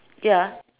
ya